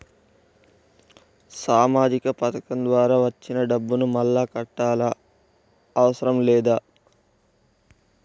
సామాజిక పథకం ద్వారా వచ్చిన డబ్బును మళ్ళా కట్టాలా అవసరం లేదా?